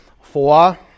four